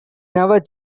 never